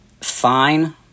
fine